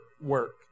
work